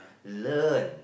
learn